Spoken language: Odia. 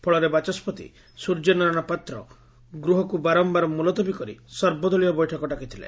ଫଳରେ ବାଚସ୍ୱତି ସ୍ୱର୍ଯ୍ୟନାରାୟଣ ପାତ୍ର ଗୃହକୁ ବାରମ୍ୟାର ମୁଲତବୀ କରି ସର୍ବଦଳୀୟ ବୈଠକ ଡାକିଥିଲେ